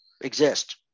exist